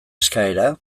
eskaera